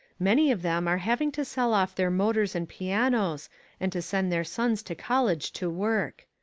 many of them are having to sell off their motors and pianos and to send their sons to college to work.